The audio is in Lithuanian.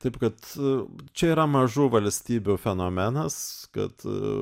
taip kad čia yra mažų valstybių fenomenas kad